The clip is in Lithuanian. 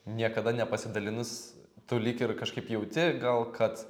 niekada nepasidalinus tu lyg ir kažkaip jauti gal kad